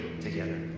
together